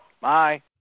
Bye